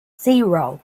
zero